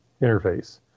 interface